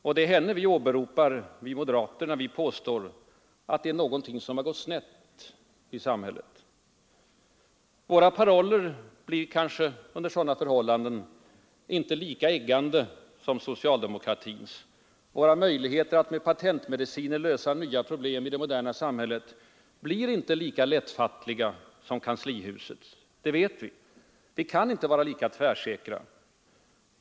Och det är henne vi moderater åberopar, när vi påstår att det är någonting som har gått snett i samhället. Våra paroller blir kanske under sådana förhållanden inte lika eggande som socialdem okratins. Våra möjligheter att med patentmediciner lösa nya problem i det moderna samhället blir inte lika lättfattliga som kanslihusets, det vet vi. Vi kan inte vara lika tvärsäkra.